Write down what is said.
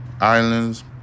Islands